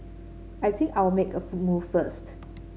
I think I'll make a move first